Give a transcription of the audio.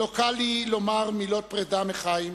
לא קל לי לומר מילות פרידה מחיים,